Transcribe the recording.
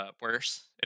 Worse